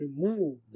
Remove